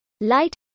light